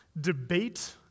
debate